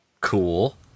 Cool